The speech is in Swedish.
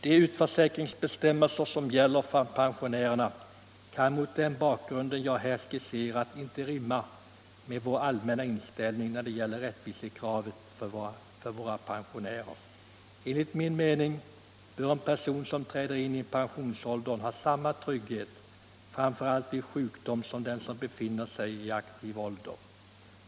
De utförsäkringsbestämmelser som gäller för pensionärerna kan mot den bakgrund jag här citerat inte rimma med vår allmänna inställning när det gäller rättvisekraven för våra pensionärer. Enligt min mening bör en person som träder in i pensionsåldern ha samma trygghet, framför allt vid sjukdom, som den som befinner sig i aktiv ålder.